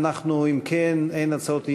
אם כן, אין הצעות אי-אמון,